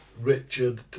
Richard